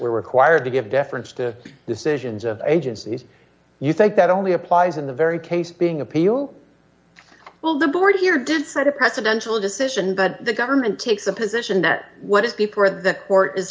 were required to give deference to decisions of agencies you think that only applies in the very case being appeal will the board here decide a presidential decision but the government takes a position that what its people or the court is